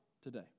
today